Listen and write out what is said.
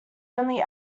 only